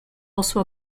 also